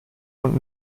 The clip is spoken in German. und